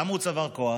למה הוא צבר כוח?